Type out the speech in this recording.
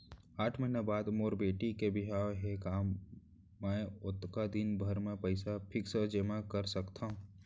आठ महीना बाद मोर बेटी के बिहाव हे का मैं ओतका दिन भर पइसा फिक्स जेमा कर सकथव?